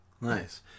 Nice